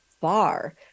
far